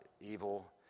evil